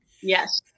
Yes